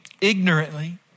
ignorantly